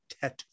tattoo